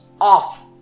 off